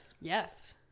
Yes